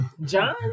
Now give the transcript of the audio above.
John